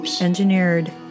engineered